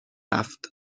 رفت